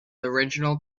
original